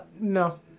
no